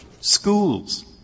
schools